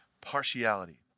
partiality